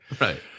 right